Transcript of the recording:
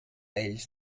ells